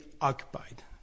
occupied